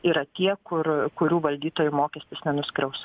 yra tie kur kurių valdytojų mokestis nenuskriaus